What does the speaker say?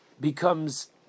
becomes